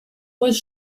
was